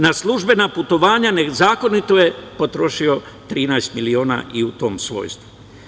Na službena putovanja nezakonito je potrošio 13 miliona i u tom svojstvu.